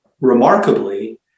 remarkably